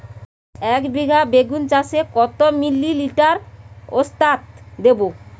একবিঘা বেগুন চাষে কত মিলি লিটার ওস্তাদ দেবো?